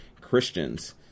christians